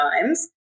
Times